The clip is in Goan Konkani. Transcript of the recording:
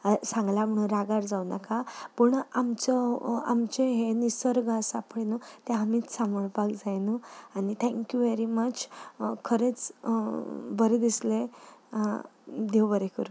सांगलां म्हणून रागार जावं नाका पूण आमचो हो आमचें हें निसर्ग आसा पळय न्हू तें आमीच सांबाळपाक जाय न्हू आनी थँक यू वेरी मच खरेंच बरें दिसलें देव बरें करूं